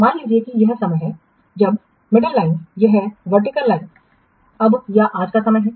तो मान लीजिए कि यह समय है जब यह मध्य रेखा यह ऊर्ध्वाधर रेखा अब या आज का समय है